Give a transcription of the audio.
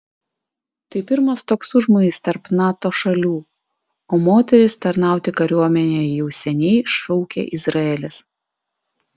tai pirmas toks užmojis tarp nato šalių o moteris tarnauti kariuomenėje jau seniai šaukia izraelis